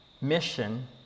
mission